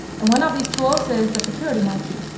and one of these tools is the security monkey.